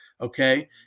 okay